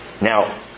Now